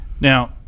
Now –